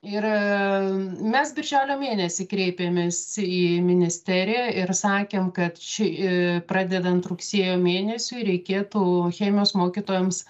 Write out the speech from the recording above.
ir mes birželio mėnesį kreipėmės į ministeriją ir sakėm kad ši i pradedant rugsėjo mėnesiu reikėtų chemijos mokytojams